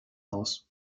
aus